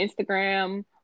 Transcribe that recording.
Instagram